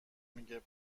میگه